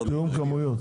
תיאום כמויות.